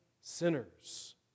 sinners